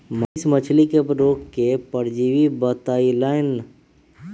मनीष मछ्ली के रोग के परजीवी बतई लन